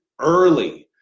early